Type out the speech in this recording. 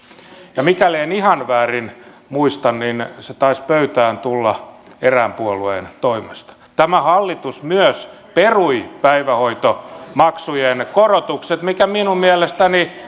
ja mikäli en ihan väärin muista niin se taisi pöytään tulla erään puolueen toimesta tämä hallitus myös perui päivähoitomaksujen korotukset mikä minun mielestäni